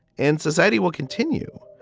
and society will continue.